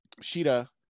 Sheeta